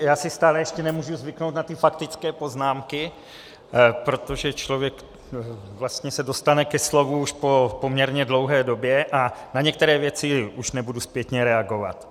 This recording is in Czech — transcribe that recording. Já si stále ještě nemůžu zvyknout na ty faktické poznámky, protože člověk se vlastně dostane ke slovu už po poměrně dlouhé době a na některé věci už nebudu zpětně reagovat.